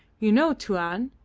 you know, tuan,